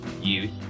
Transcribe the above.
youth